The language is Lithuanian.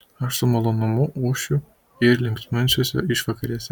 aš su malonumu ūšiu ir linksminsiuosi išvakarėse